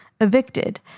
Evicted